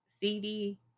CD